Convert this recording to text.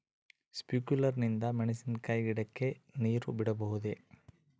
Sprinkler ನಿಂದ ಮೆಣಸಿನಕಾಯಿ ಗಿಡಕ್ಕೆ ನೇರು ಬಿಡಬಹುದೆ?